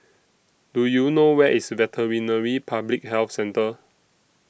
Do YOU know Where IS Veterinary Public Health Centre